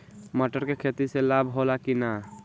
मटर के खेती से लाभ होला कि न?